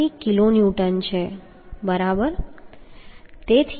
86 kilonewton છે બરાબર